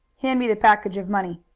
hand me the package of money.